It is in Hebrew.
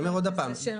חבר הכנסת אשר,